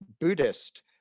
Buddhist